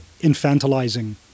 infantilizing